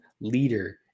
leader